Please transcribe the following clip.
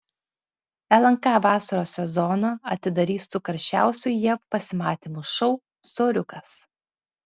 lnk vasaros sezoną atidarys su karščiausiu jav pasimatymų šou soriukas